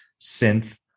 synth